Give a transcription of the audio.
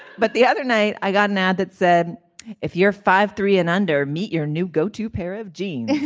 but the other night i got an ad that said if you're five three and under meet your new go to pair of jeans.